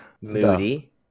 Moody